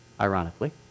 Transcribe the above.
ironically